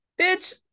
bitch